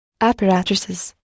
apparatuses